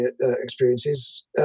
experiences